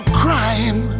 crying